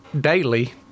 daily